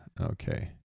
Okay